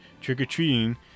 trick-or-treating